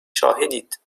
شاهدید